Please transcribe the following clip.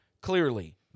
clearly –